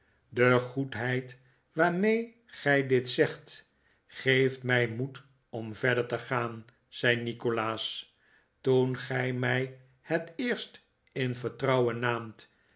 de goedheid waarmee gij dit zegt geeft mij moed om verder te gaan zei nikolaas toen gij inij het eerst in vertrouwen naamt en